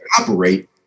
operate